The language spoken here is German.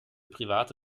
private